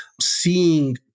seeing